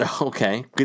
Okay